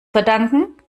verdanken